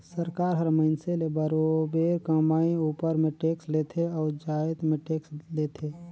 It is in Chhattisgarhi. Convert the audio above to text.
सरकार हर मइनसे ले बरोबेर कमई उपर में टेक्स लेथे अउ जाएत में टेक्स लेथे